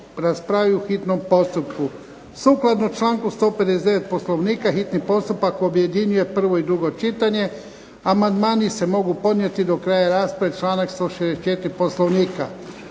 raspravi u hitnom postupku. Sukladno članku 159. Poslovnika hitni postupak objedinjuje prvo i drugo čitanje. Amandmani se mogu podnijeti do kraja rasprave članak 164. Poslovnika.